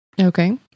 Okay